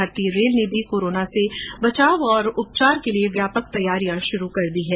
भारतीय रेल ने भी कोरोना से बचाव और उपचार के लिए व्यापक तैयारियां शुरु कर दी हैं